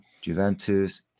Juventus